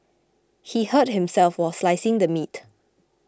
he hurt himself while slicing the meat